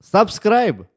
Subscribe